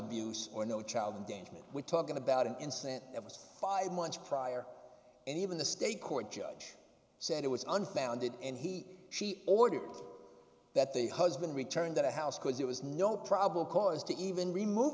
abuse or no child endangerment we're talking about an incident that was five months prior and even the state court judge said it was unfounded and he she ordered that the husband returned to the house because there was no probable cause to even remove